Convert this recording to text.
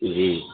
جی